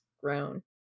grown